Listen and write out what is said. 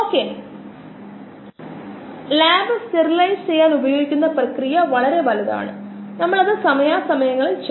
μmSKsS KPKPP വളർച്ച നിർദ്ദിഷ്ട വളർച്ചാ നിരക്ക് വളർച്ചാ നിരക്ക് എന്നിവ വിവരിക്കുന്ന മോഡലുകളെയാണ് നമ്മൾ ഇതുവരെ നോക്കിയത്